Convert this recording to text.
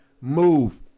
move